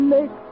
Make